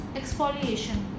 exfoliation